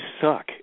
suck